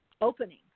opening